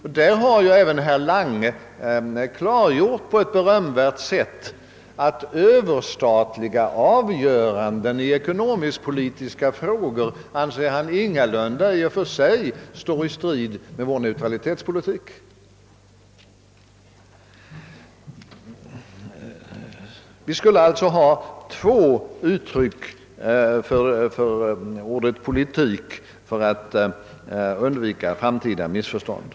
I detta avseende har även herr Lange på ett berömvärt sätt förklarat att överstatliga avgöranden i ekonomisk-politiska frågor enligt hans mening ingalunda i och för sig står i strid med vår neutralitetspolitik. Vi skulle alltså ha två uttryck för ordet politik för att undvika framtida missförstånd.